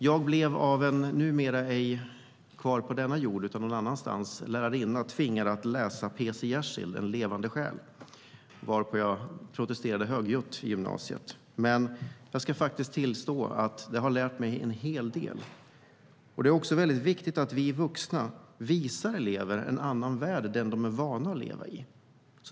Jag blev av en lärarinna - hon är numera ej kvar på denna jord utan befinner sig någon annanstans - tvingad att i gymnasiet läsa P C Jersilds En levande själ. Jag protesterade högljutt, men jag ska faktiskt tillstå att det har lärt mig en hel del. Det är viktigt att vi vuxna visar elever en annan värld än den de är vana att leva i.